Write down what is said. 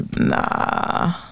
nah